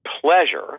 pleasure